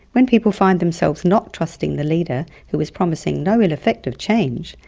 when people find themselves not trusting the leader who is promising no ill effects of change,